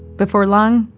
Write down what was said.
before long,